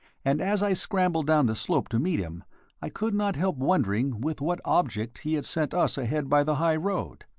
and as i scrambled down the slope to meet him i could not help wondering with what object he had sent us ahead by the high road.